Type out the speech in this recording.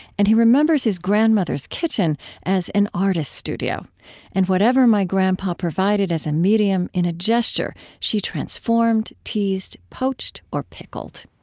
and he remembers his grandmother's kitchen as an artist's studio and whatever my grandpa provided as a medium, in a gesture she transformed, teased, poached, or pickled.